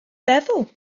feddwl